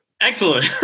Excellent